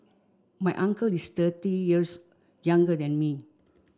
my uncle is thirty years younger than me